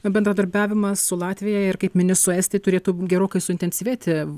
bendradarbiavimas su latvija ir kaip mini su estija turėtų gerokai suintensyvėti